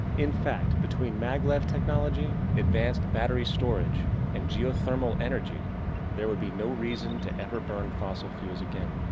in fact, between mag-lev technology, advanced battery storage and geothermal energy there will be no reason to ever burn fossil fuels again.